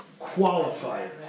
qualifiers